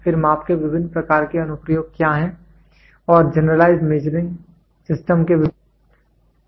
फिर माप के विभिन्न प्रकार के अनुप्रयोग क्या हैं और जनरलाइज्ड मेजरिंग सिस्टम के विभिन्न तत्व क्या हैं